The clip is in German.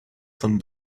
von